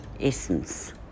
essence